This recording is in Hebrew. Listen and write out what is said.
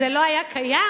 זה לא היה קיים?